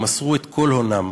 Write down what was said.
ומסרו את כל הונם,